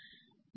4 I ఉంది